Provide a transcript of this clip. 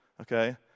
okay